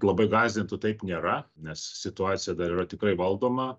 labai gąsdintų taip nėra nes situacija dar yra tikrai valdoma